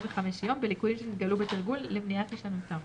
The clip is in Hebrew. יום בליקויים שנתגלו בתרגול למניעת הישנותם.